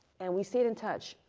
and we stayed in touch.